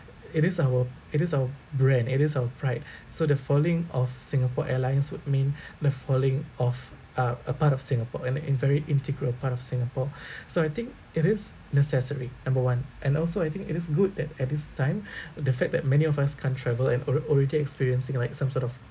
it is our it is our brand it is our pride so the falling of Singapore Airlines would mean the falling of a a part of singapore and the in very integral part of singapore so I think it is necessary number one and also I think it is good that at this time the fact that many of us can't travel and alrea~ already experiencing like some sort of